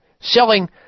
selling